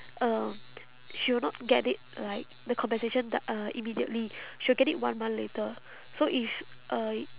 um she will not get it like the compensation th~ uh immediately she will get it one month later so if uh